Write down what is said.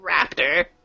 Raptor